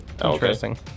Interesting